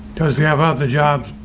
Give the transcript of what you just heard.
does he have off the job?